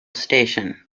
station